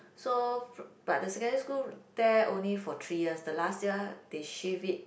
so fr~ but the secondary school there only for three years the last year they shift it